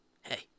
Hey